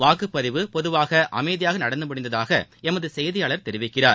வாக்குப்பதிவு பொதுவாக அமைதியாக நடந்து முடிந்ததாக எமது செய்தியாளர் தெரிவிக்கிறார்